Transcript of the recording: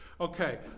Okay